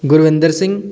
Gurvinder Singh